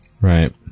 Right